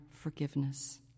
forgiveness